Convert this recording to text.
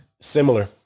Similar